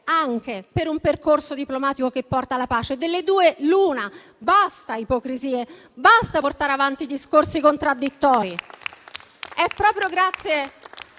anche per un percorso diplomatico che porta alla pace. Delle due, l'una: basta ipocrisie, basta portare avanti discorsi contraddittori!